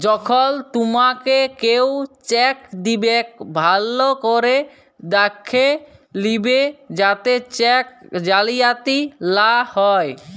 যখল তুমাকে কেও চ্যাক দিবেক ভাল্য ক্যরে দ্যাখে লিবে যাতে চ্যাক জালিয়াতি লা হ্যয়